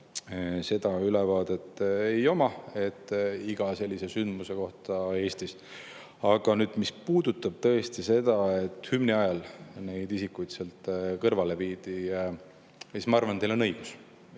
seda ülevaadet ei ole iga sellise sündmuse kohta Eestis. Aga nüüd, mis puudutab tõesti seda, et hümni ajal neid isikuid sealt kõrvale viidi, siis ma arvan, et teil on õigus.